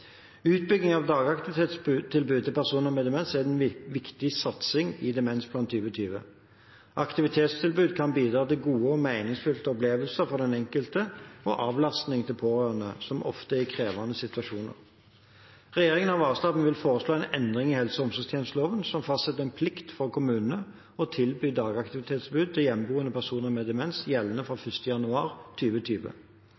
Utbyggingen av dagaktivitetstilbud til personer med demens er en viktig satsing i Demensplan 2020. Aktivitetstilbud kan bidra til gode og meningsfulle opplevelser for den enkelte og avlastning til pårørende, som ofte er i krevende situasjoner. Regjeringen har varslet at vi vil foreslå en endring i helse- og omsorgstjenesteloven om å fastsette en plikt for kommunene til å tilby dagaktivitetstilbud til hjemmeboende personer med demens, gjeldende fra